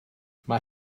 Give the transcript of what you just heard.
mae